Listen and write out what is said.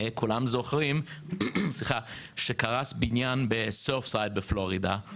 כולם זוכרים שקרס בניין בסרפסייד בפלורידה,